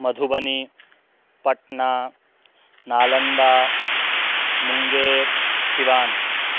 Madhubani Patna Nalanda Munger Siwan